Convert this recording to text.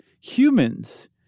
humans—